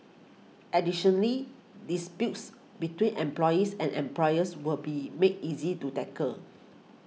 additionally disputes between employees and employers will be made easy to tackle